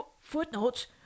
footnotes